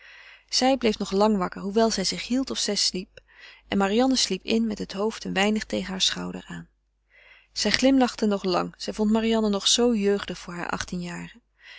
zij bleef nog lang wakker hoewel zij zich hield alsof zij sliep en marianne sliep in met het hoofd een weinig tegen haar schouder aan zij glimlachte nog lang zij vond marianne nog zoo jeugdig voor hare